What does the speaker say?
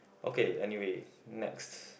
okay anyway next